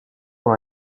dans